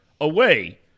away